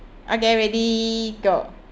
okay ready go